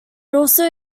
also